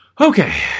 Okay